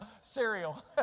Cereal